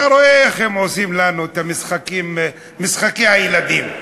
אתה רואה איך הם עושים לנו את משחקי הילדים.